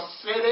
city